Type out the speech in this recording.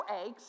eggs